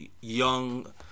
young